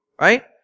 right